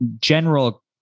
general